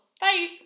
Bye